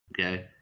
okay